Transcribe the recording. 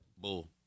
bull